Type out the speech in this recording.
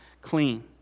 clean